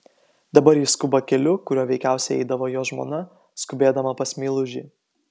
dabar jis skuba keliu kuriuo veikiausiai eidavo jo žmona skubėdama pas meilužį